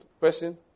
person